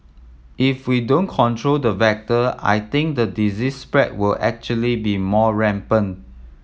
if we don't control the vector I think the disease spread will actually be more rampant